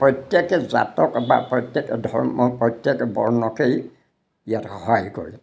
প্ৰত্যেকে জাতক বা প্ৰত্যেক ধৰ্ম প্ৰত্যেক বৰ্ণকেই ইয়াত সহায় কৰে